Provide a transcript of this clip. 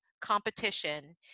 competition